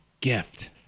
gift